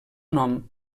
nom